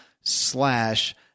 slash